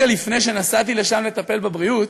אבל רגע לפני שנסעתי לשם לטפל בבריאות,